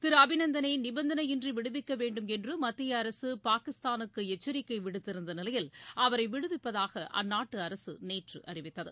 திரு அபிநந்தனை நிபந்தனையின்றி விடுவிக்கவேண்டும் என்று மத்திய அரசு பாகிஸ்தாலுக்கு எச்சரிக்கை விடுத்திருந்த நிலையில் அவரை விடுவிப்பதாக அந்நாட்டு அரசு நேற்று அறிவித்தது